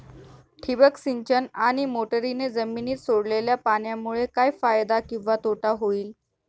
ठिबक सिंचन आणि मोटरीने जमिनीत सोडलेल्या पाण्यामुळे काय फायदा किंवा तोटा होईल?